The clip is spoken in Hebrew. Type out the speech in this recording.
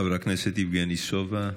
חבר הכנסת יבגני סובה,